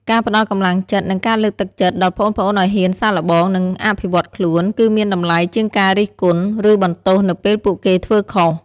ការផ្ដល់កម្លាំងចិត្ត និងការលើកទឹកចិត្ត ដល់ប្អូនៗឱ្យហ៊ានសាកល្បង និងអភិវឌ្ឍខ្លួន គឺមានតម្លៃជាងការរិះគន់ ឬបន្ទោសនៅពេលពួកគេធ្វើខុស។